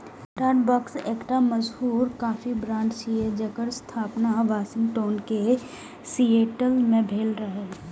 Starbucks एकटा मशहूर coffee brand छियै, जेकर स्थापना वाशिंगटन के सिएटल मे भेल रहै